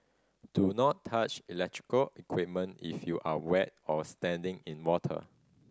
do not touch electrical equipment if you are wet or standing in water